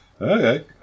okay